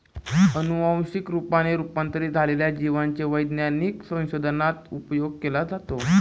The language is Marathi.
अनुवंशिक रूपाने रूपांतरित झालेल्या जिवांचा वैज्ञानिक संशोधनात उपयोग केला जातो